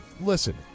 Listen